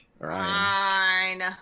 Fine